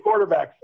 quarterbacks